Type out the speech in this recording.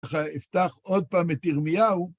ואחר כך אפתח עוד פעם את ירמיהו.